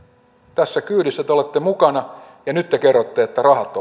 tässä kyydissä te te olette mukana ja nyt te kerrotte että rahat